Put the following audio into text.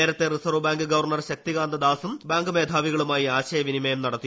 നേരത്തെ reserve bank governor Shaktikanta ദാസും bank മേധാവികളുമായി ആശയവിനിമയം നടത്തി